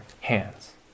hands